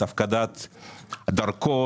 הפקדת דרכון,